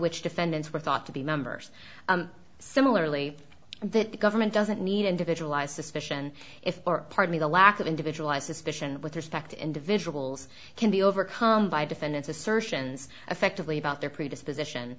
which defendants were thought to be members similarly and that the government doesn't need individualized suspicion if or partly the lack of individualized suspicion with respect individuals can be overcome by defendant's assertions effectively about their predisposition